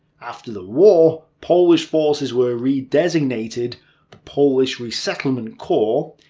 after the war, polish forces were redesignated polish resettlement corps,